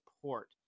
support